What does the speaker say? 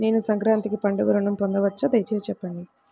నేను సంక్రాంతికి పండుగ ఋణం పొందవచ్చా? దయచేసి చెప్పండి?